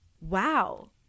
wow